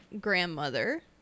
grandmother